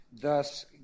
thus